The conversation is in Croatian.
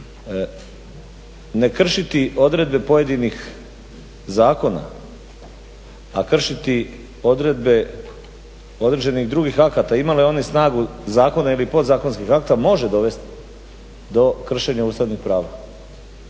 Ne kršiti odredbe pojedinih zakona, a kršiti odredbe određenih drugih akata imale one snagu zakona ili podzakonskog akta može dovesti do kršenja ustavnih prava,